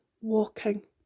walking